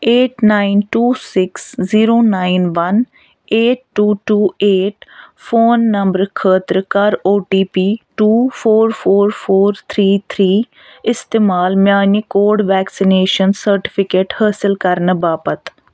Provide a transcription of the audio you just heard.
eight nine two six zero nine one eight two two eight phone نمبرٕ خٲطرٕ کَر O T P two four four four three three استعمال میٛانہِ code vaccination certificate حٲصِل کَرنہٕ باپتھ